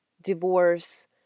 divorce